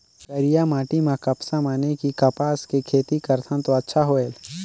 करिया माटी म कपसा माने कि कपास के खेती करथन तो अच्छा होयल?